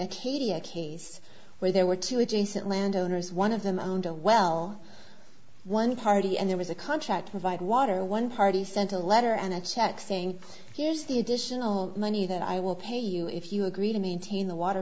acadia case where there were two adjacent landowner's one of them owned a well one party and there was a contract provide water one party sent a letter and a check saying here's the additional money that i will pay you if you agree to maintain the water